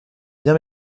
bien